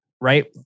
right